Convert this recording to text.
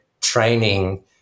training